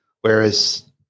Whereas